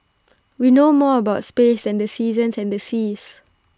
we know more about space than the seasons and the seas